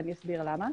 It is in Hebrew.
ואסביר למה.